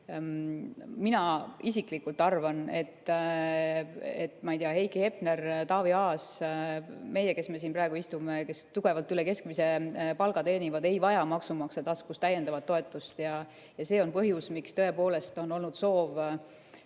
Mina isiklikult arvan, et ma ei tea, Heiki Hepner, Taavi Aas, meie, kes me siin praegu istume, kes tugevalt üle keskmise palga teenivad, ei vaja maksumaksja taskust täiendavat toetust. See on põhjus, miks tõepoolest on olnud soov